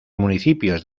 municipios